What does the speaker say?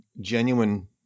genuine